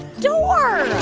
door